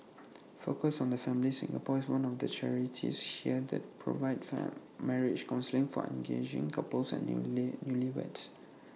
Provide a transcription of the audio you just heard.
focus on the family Singapore is one of the charities here that provide marriage counselling for engaged couples and new lee newlyweds